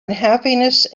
unhappiness